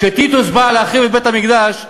כשטיטוס בא להחריב את בית-המקדש,